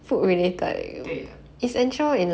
对了